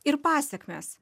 ir pasekmes